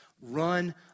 Run